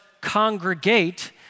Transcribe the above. congregate